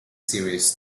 series